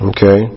Okay